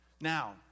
Now